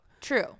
True